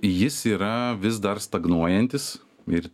jis yra vis dar stagnuojantis ir